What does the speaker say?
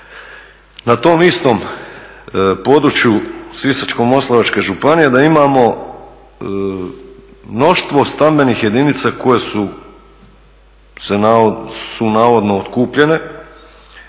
na tom istom području Sisačko-moslavačke županije, da imamo mnoštvo stambenih jedinica koje su navodno otkupljene,